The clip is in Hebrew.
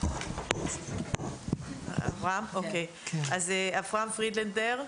--- אברהם פרידלנדר,